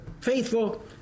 faithful